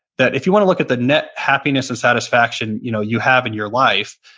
that if you want to look at the net happiness and satisfaction you know you have in your life,